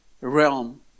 realm